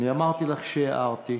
אני אמרתי לך שהערתי.